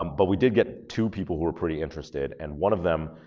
um but we did get two people who were pretty interested and one of them